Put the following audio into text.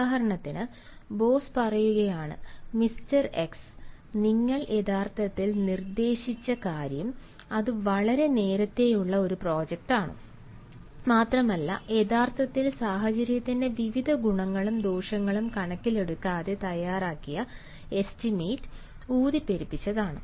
ഉദാഹരണത്തിന് ബോസ് പറയുകയാണ് mister X നിങ്ങൾ യഥാർത്ഥത്തിൽ നിർദേശിച്ച കാര്യം അത് വളരെ നേരത്തെയുള്ള ഒരു പ്രോജക്റ്റാണ് മാത്രമല്ല യഥാർത്ഥത്തിൽ സാഹചര്യത്തിന്റെ വിവിധ ഗുണങ്ങളും ദോഷങ്ങളും കണക്കിൽ എടുക്കാതെ തയ്യാറാക്കിയ എസ്റ്റിമേറ്റ് ഊതി പെരുപ്പിച്ചതാണ്